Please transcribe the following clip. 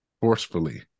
forcefully